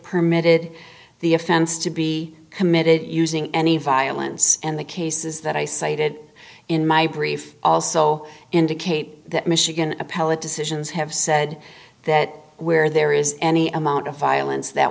permitted the offense to be committed using any violence and the cases that i cited in my brief also indicate that michigan appellate decisions have said that where there is any amount of violence that